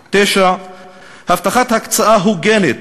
9. הבטחת הקצאה הוגנת,